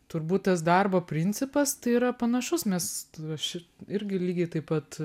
turbūt tas darbo principas tai yra panašus mes t aš irgi lygiai taip pat